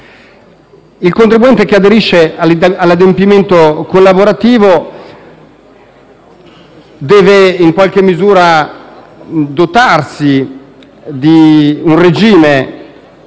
Il contribuente che aderisce all'adempimento collaborativo deve in qualche misura dotarsi di un regime